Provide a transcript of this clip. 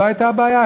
לא הייתה בעיה,